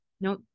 no